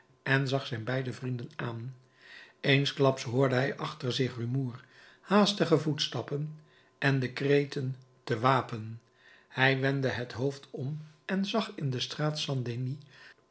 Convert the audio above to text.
en zag zijn beide vrienden aan eensklaps hoorde hij achter zich rumoer haastige voetstappen en de kreten te wapen hij wendde het hoofd om en zag in de straat st denis